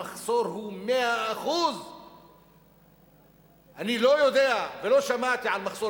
המחסור הוא 100%. אני לא יודע ולא שמעתי על מחסור